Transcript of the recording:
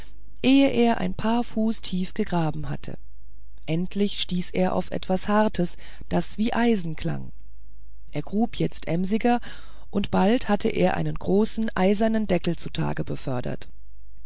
ehe er ein paar fuß tief gegraben hatte endlich stieß er auf etwas hartes das wie eisen klang er grub jetzt emsiger und bald hatte er einen großen eisernen deckel zutage gefördert